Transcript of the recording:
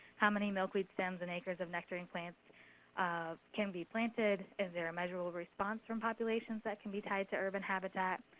how many milkweed stems and acres of nectaring plants can be planted? is there a measurable response from populations that can be tied to urban habitat?